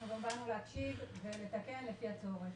גם באנו להקשיב ולתקן לפי הצורך.